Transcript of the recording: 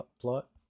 plot